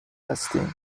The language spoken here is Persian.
هستیم